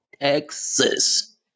Texas